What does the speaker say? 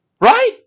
Right